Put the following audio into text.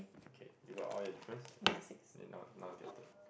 okay you got all your difference okay then now now is your turn